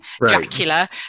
Dracula